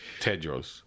Tedros